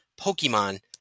Pokemon